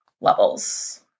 levels